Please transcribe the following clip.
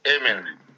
Amen